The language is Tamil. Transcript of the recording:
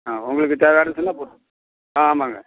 ஆ உங்களுக்கு தேவையானதெல்லாம் போட் ஆ ஆமாங்க